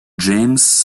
james